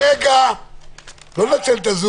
הרוויזיה לא התקבלה.